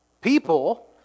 people